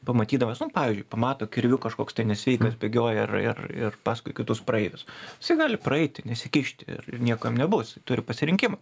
pamatydamas nu pavyzdžiui pamato kirviu kažkoks tai nesveikas bėgioja ir ir ir paskui kitus praeivius jisai gali praeiti nesikišti ir ir nieko jam nebus turi pasirinkimą